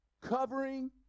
covering